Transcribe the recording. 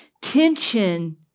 tension